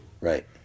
Right